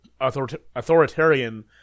authoritarian